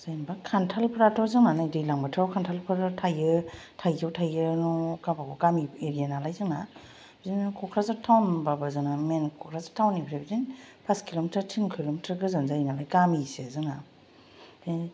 जेनेबा खान्थालफ्रा जोंना नै दैज्लां बोथोरफ्राव खान्थालफ्रा थायो थाइजौ थायो गाबागाव गामि एरिया नालाय जोंना बिदिनो क'क्राझार टाउनब्लाबो जोंना मेइन टाउनिफ्राय बिदिनो फास किलमिटार तिन किलमिटार गोजान जायो नालाय गामिसो जोंना